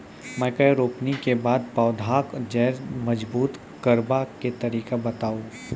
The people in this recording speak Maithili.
मकय रोपनी के बाद पौधाक जैर मजबूत करबा के तरीका बताऊ?